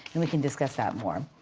and we can discuss that more.